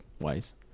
wise